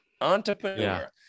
Entrepreneur